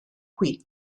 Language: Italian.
qui